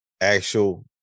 actual